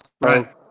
Right